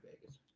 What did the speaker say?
Vegas